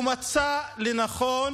הוא מצא לנכון